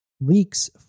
Leaks